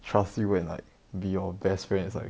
trust you and like be your best friend is like